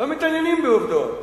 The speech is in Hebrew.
לא מתעניינים בעובדות.